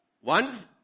One